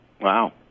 Wow